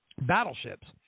battleships